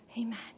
amen